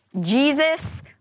Jesus